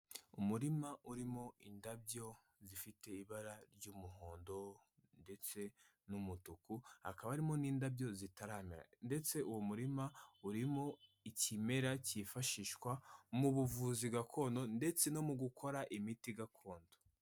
Umurima urimo indabyo zifite ibara ry'umuhondo ndetse n'umutuku, hakaba harimo n'indabyo zitaramera ndetse uwo murima urimo ikimera cyifashishwa mu buvuzi gakondo ndetse no mu gukora imiti gakondo.